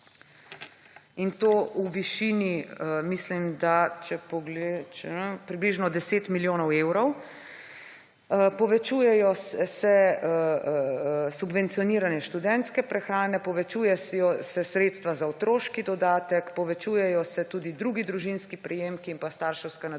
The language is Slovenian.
in to v višini, mislim da, približno 10 milijonov evrov. Povečuje se subvencioniranje študentske prehrane, povečujejo se sredstva za otroški dodatek, povečujejo se tudi drugi družinski prejemki in starševska nadomestila.